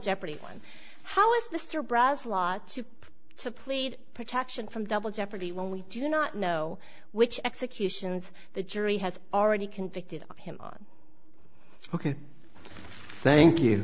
lawyer to plead protection from double jeopardy when we do not know which executions the jury has already convicted him on ok thank you